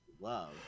love